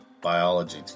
biology